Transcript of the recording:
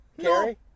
Carrie